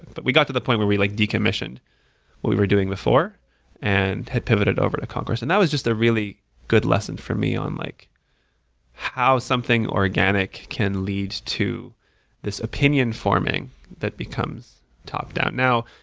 but we got to the point where we like decommissioned what we were doing before and had pivoted over concourse, and that was just a really good lesson for me on like how something organic can leads to this opinion forming that becomes top-down. now,